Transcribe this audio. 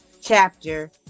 chapter